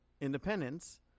independence